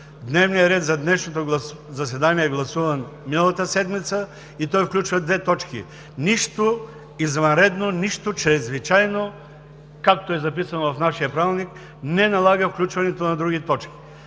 Дневният ред за днешното заседание е гласуван миналата седмица и той включва две точки. Нищо извънредно, нищо черезвичайно, както е записано в нашия Правилник, не налага включването на други точки.